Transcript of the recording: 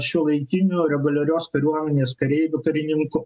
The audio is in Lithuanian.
šiuolaikinių reguliarios kariuomenės kareivių karininkų